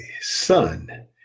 son